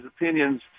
opinions